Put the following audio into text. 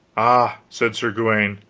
ah, said sir gawaine,